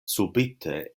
subite